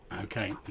Okay